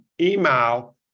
email